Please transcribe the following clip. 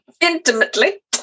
Intimately